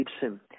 Gibson